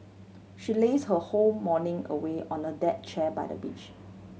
she laze her whole morning away on a deck chair by the beach